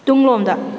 ꯇꯨꯡꯂꯣꯝꯗ